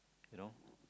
you know